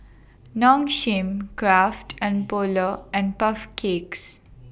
Nong Shim Kraft and Polar and Puff Cakes